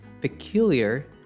peculiar